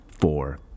four